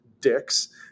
dicks